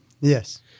Yes